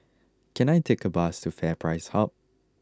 can I take a bus to FairPrice Hub